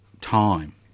time